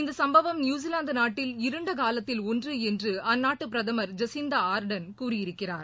இந்தசம்பவம் நியூஸிலாந்துநாட்டில் இருண்டகாலத்தில் ஒன்றுஎன்றுஅந்நாட்டுபிரதமர் ஜஸிந்தாஆர்டன் கூறியிருக்கிறார்